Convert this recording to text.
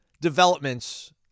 developments